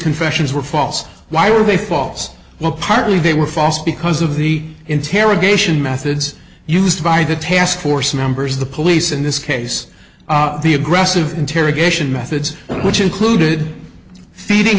confessions were false why were they false well partly they were false because of the interrogation methods used by the taskforce members of the police in this case the aggressive interrogation methods which included feeding